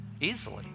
Easily